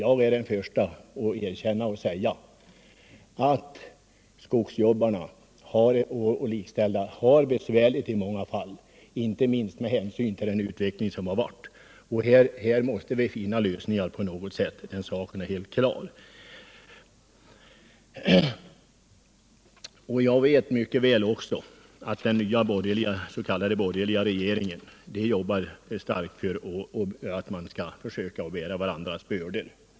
Jag är den förste att understryka att skogsjobbarna och likställda i många fall har det besvärligt, inte minst med hänsyn till den utveckling som har varit. Det är helt klart att vi på allt sätt måste finna lösningar på deras problem. Jag vet att den borgerliga regeringen arbetar starkt på att få människor att bära varandras bördor.